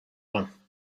one